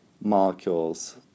molecules